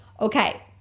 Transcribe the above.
Okay